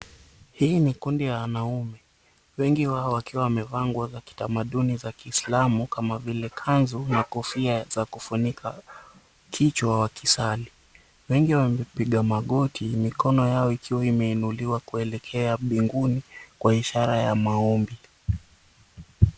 Hii ni kundi ya wanaume, wengi wao wakiwa wamevaa nguo za kitamaduni za kiislamu kama vile kanzu na kofia za kufunika kichwa wakisali. Wengi wamepiga magoti, mikono yao ikiwa imeinuliwa kuelekea binginu kwa ishara ya maombi.